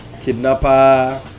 kidnapper